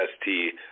ST